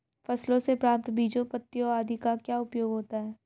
फसलों से प्राप्त बीजों पत्तियों आदि का क्या उपयोग होता है?